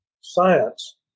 science